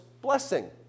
blessing